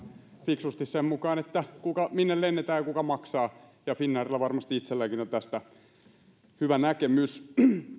fiksusti sen mukaan minne lennetään ja kuka maksaa ja finnairilla varmasti itselläänkin on tästä hyvä näkemys